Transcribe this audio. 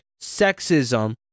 sexism